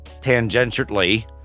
Tangentially